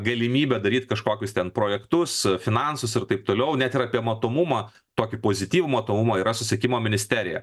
galimybę daryt kažkokius ten projektus finansus ir taip toliau net ir apie matomumą tokį pozityvų matomumą yra susisiekimo ministerija